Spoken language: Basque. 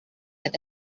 eta